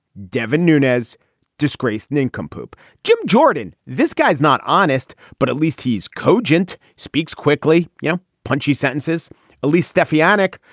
devon nunez disgraced nincompoop jim jordan. this guy is not honest but at least he's cogent speaks quickly you know punchy sentences at least steffi yannick.